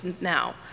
now